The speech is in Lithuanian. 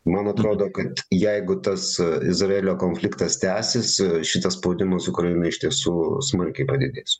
man atrodo kad jeigu tas izraelio konfliktas tęsis šitas spaudimas ukrainai iš tiesų smarkiai padidės